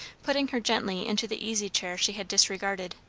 putting her gently into the easy-chair she had disregarded.